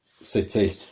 City